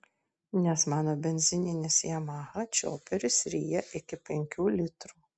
nes mano benzininis yamaha čioperis ryja iki penkių litrų